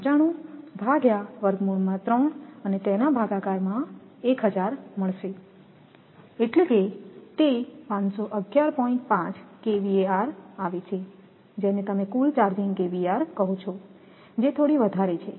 5 KVAr આવે છે જેને તમે કુલ ચાર્જિંગ KVAr કહો છો જે થોડી વધારે છે